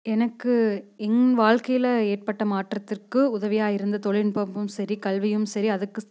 எனக்கு என் வாழ்க்கையில ஏற்பட்ட மாற்றத்திற்கு உதவியாக இருந்த தொழில்நுட்பம்மும் சரி கல்வியும் சரி அதுக்கு ஸ்